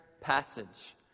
passage